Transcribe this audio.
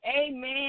Amen